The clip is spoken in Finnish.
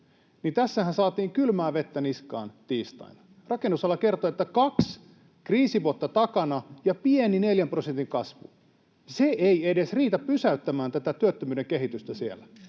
tässähän saatiin kylmää vettä niskaan tiistaina. Rakennusala kertoi, että kaksi kriisivuotta on takana ja on pieni neljän prosentin kasvu. Se ei edes riitä pysäyttämään tätä työttömyyden kehitystä siellä.